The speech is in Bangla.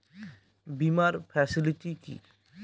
বীমার ফেসিলিটি কি?